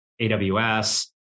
AWS